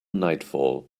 nightfall